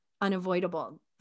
unavoidable